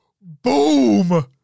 boom